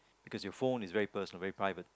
because you phone is very personal very private